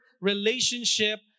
relationship